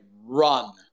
run